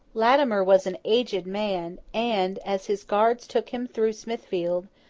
latimer was an aged man and, as his guards took him through smithfield,